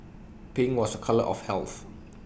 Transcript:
pink was A colour of health